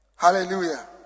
Hallelujah